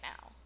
now